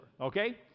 okay